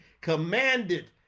commanded